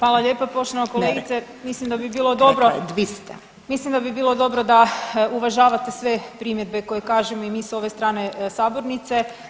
Hvala lijepa poštovana kolegice. ... [[Upadica se ne čuje.]] Mislim da bi bilo dobro ... [[Upadica se ne čuje.]] Mislim da bi bilo dobro da uvažavate sve primjedbe koje kažemo i mi s ove strane sabornice.